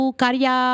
karya